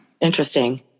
Interesting